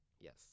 yes